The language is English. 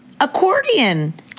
Accordion